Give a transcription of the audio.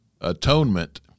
Atonement